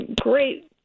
great